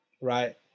right